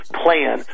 plan